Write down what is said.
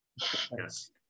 Yes